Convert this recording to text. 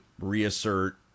reassert